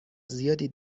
زیادی